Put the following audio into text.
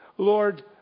Lord